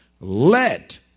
Let